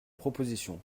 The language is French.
proposition